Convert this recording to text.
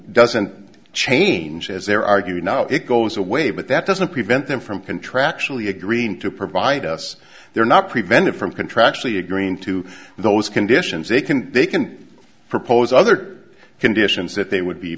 doesn't change as they're arguing now it goes away but that doesn't prevent them from contractually agreeing to provide us they're not prevented from contractually agreeing to those conditions they can they can propose other conditions that they would be